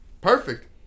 perfect